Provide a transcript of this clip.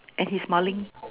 and he's smiling